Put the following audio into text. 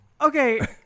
Okay